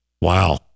Wow